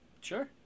Sure